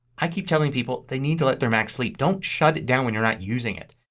i keep telling people they need to let their mac sleep. don't shut it down when you're not using it.